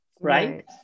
right